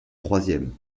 troisième